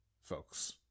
Folks